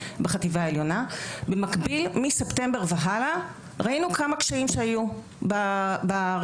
בחטיבה העליונה מספטמבר והלאה ראינו כמה קשיים שהיו ברפורמה.